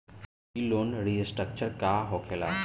ई loan restructure का होखे ला?